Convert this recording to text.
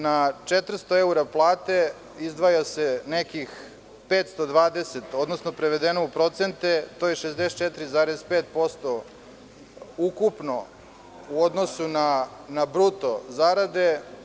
Na 400 evra plate izdvaja se nekih 520, odnosno prevedeno u procente to je 64,5% ukupno u odnosu na bruto zarade.